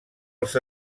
els